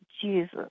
Jesus